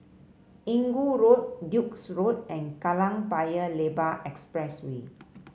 Inggu Road Duke's Road and Kallang Paya Lebar Expressway